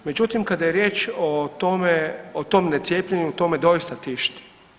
Međutim kada je riječ o tome, o tom necijepljenju, to me doista tišti.